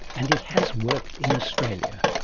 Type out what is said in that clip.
and he has worked in australia.